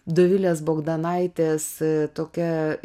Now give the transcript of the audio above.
dovilės bagdonaitės tokia